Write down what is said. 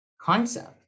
concept